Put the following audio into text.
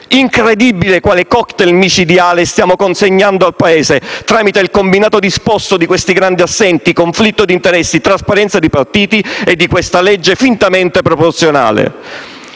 Incredibile quale *cocktail* micidiale stiamo consegnando al Paese, tramite il combinato disposto di questi grandi assenti: conflitto di interessi, trasparenza nei partiti e questo disegno di legge fintamente proporzionale.